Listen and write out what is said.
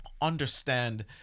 Understand